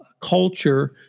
culture